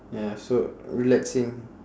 ya so relaxing